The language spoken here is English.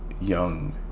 young